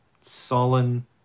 sullen